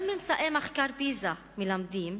גם ממצאי מחקר "פיזה" מלמדים,